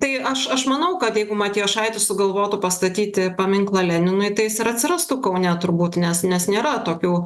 tai aš aš manau kad jeigu matijošaitis sugalvotų pastatyti paminklą leninui tai jis ir atsirastų kaune turbūt nes nes nėra tokių